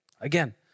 Again